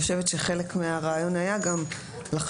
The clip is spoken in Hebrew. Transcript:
אני חושבת שחלק מהרעיון היה גם לחשוב,